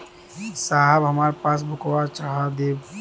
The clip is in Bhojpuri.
साहब हमार पासबुकवा चढ़ा देब?